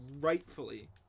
rightfully